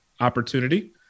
opportunity